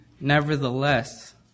Nevertheless